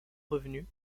revenu